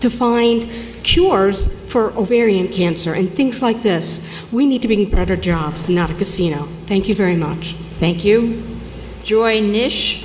to find cures for ovarian cancer and things like this we need to be better jobs not a casino thank you very much thank you jo